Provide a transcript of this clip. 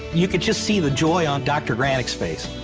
you could just see the joy on dr. granik's face.